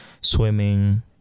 swimming